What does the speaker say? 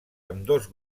ambdós